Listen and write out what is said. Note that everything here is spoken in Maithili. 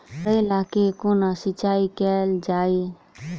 करैला केँ कोना सिचाई कैल जाइ?